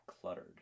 Cluttered